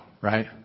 right